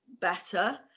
better